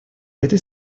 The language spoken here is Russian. этой